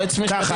ככה.